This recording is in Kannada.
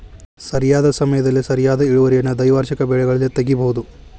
ಸರಿಯಾದ ಸಮಯದಲ್ಲಿ ಸರಿಯಾದ ಇಳುವರಿಯನ್ನು ದ್ವೈವಾರ್ಷಿಕ ಬೆಳೆಗಳಲ್ಲಿ ತಗಿಬಹುದು